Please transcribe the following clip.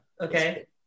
Okay